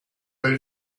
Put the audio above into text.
bel